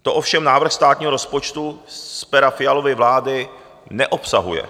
To ovšem návrh státního rozpočtu z pera Fialovy vlády neobsahuje.